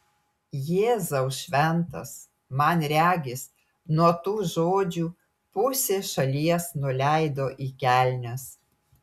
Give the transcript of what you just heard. jėzau šventas man regis nuo tų žodžių pusė šalies nuleido į kelnes